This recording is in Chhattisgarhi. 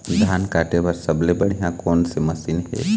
धान काटे बर सबले बढ़िया कोन से मशीन हे?